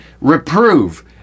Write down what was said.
Reprove